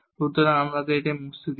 সুতরাং আমাকে এটি মুছতে দিন